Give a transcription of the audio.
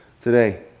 today